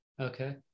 Okay